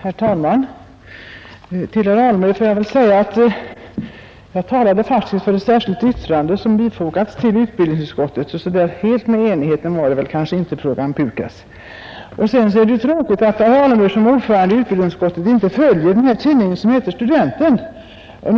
Herr talman! Till herr Alemyr får jag väl säga att jag talade faktiskt för ett särskilt yttrande som fogats till utbildningsutskottets betänkande, och så där alldeles helt med enigheten i uppfattningen var det alltså inte i fråga om PUKAS. Sedan är det ju tråkigt att herr Alemyr som ordförande i utbildningsutskottet inte följer den här tidningen som heter Studenten. Jag